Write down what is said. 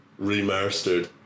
Remastered